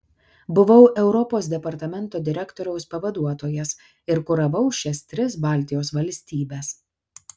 buvau europos departamento direktoriaus pavaduotojas ir kuravau šias tris baltijos valstybes